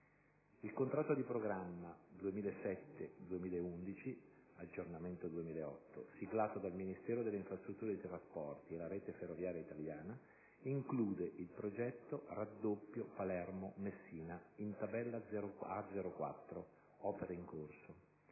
Il contratto di programma 2007-2011 (aggiornamento 2008), siglato da Ministero delle infrastrutture e dei trasporti e Rete Ferroviaria Italiana, include il progetto «Raddoppio Palermo-Messina» in tabella A04, «Opere in corso»,